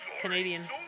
Canadian